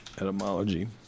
Etymology